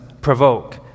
provoke